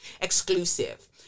exclusive